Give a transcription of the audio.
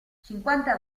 cinquanta